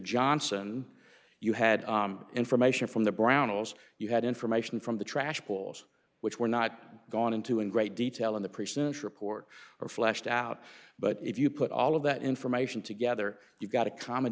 johnson you had information from the brown nose you had information from the trash pools which were not gone into in great detail in the present report or fleshed out but if you put all of that information together you've got a common